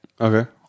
Okay